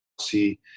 see